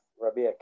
Rabbi